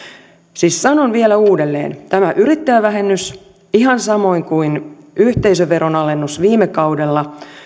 siis sanon vielä uudelleen tämä yrittäjävähennys ihan samoin kuin yhteisöveron alennus viime kaudella